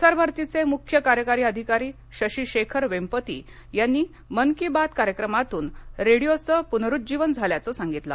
प्रसार भारती चे मुख्य कार्यकारी अधिकारी शशी शेखर वेंपती यांनी मन की बात कार्यक्रमातून रेडिओचं पूनरुज्जीवन झाल्याघं सांगितलं